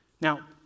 Now